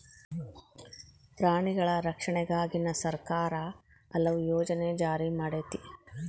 ಪ್ರಾಣಿಗಳ ರಕ್ಷಣೆಗಾಗಿನ ಸರ್ಕಾರಾ ಹಲವು ಯೋಜನೆ ಜಾರಿ ಮಾಡೆತಿ